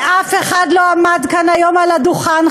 ואף אחד לא עמד כאן היום על הדוכן,